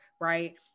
right